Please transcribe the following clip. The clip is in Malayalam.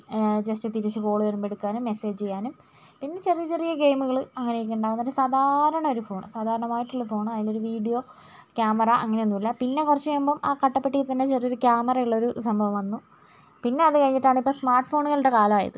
ജസ്റ്റ് തിരിച്ചു കോള് വരുമ്പോൾ എടുക്കാനും മെസ്സേജ് ചെയ്യാനും പിന്നെ ചെറിയ ചെറിയ ഗെയിമുകൾ അങ്ങനെയൊക്കെയുണ്ടാവും സാധാരണ ഒരു ഫോൺ സാധാരണമായിട്ടുള്ള ഫോണ് അതിലൊരു വീഡിയോ ക്യാമറ അങ്ങനെ ഒന്നൂല്ല പിന്നെ കുറച്ചു കഴിയുമ്പം ആ കട്ടപ്പെട്ടിയിൽത്തന്നെ ചെറിയൊരു ക്യാമറയുള്ളൊരു സംഭവം വന്നു പിന്നെ അത് കഴിഞ്ഞിട്ടാണ് ഇപ്പോൾ സ്മാർട്ട് ഫോണുകളുടെ കാലമായത്